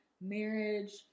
marriage